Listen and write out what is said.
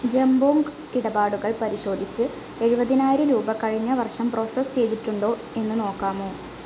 ജമ്പോങ്ക് ഇടപാടുകൾ പരിശോധിച്ച് എഴുപതിനായിരം രൂപ കഴിഞ്ഞ വർഷം പ്രോസസ്സ് ചെയ്തിട്ടുണ്ടോ എന്ന് നോക്കാമോ